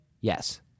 Yes